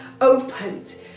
opened